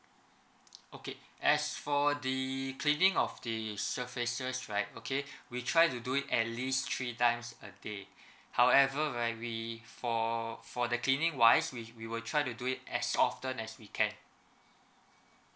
okay as for the cleaning of the surfaces right okay we try to do it at least three times a day however right we for for the cleaning wise we we will try to do it as often as we can